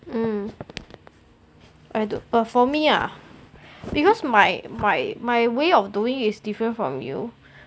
mm I don't but for me ah because my my my way of doing is different from you